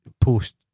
post